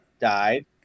Died